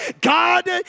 God